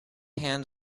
hand